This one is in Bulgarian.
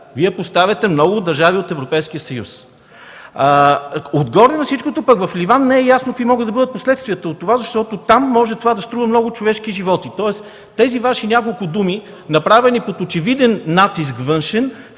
но и много държави от Европейския съюз. Отгоре на всичко в Ливан не е ясно какви могат да бъдат последствията от това, защото там това може да струва много човешки животи. Тоест тези няколко Ваши думи, направени под очевиден външен